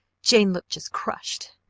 jane looked just crushed!